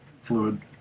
fluid